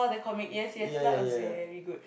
the comic yes yes that was very good